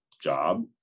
job